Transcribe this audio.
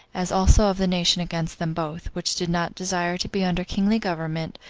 as also of the nation against them both, which did not desire to be under kingly' government,